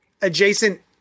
adjacent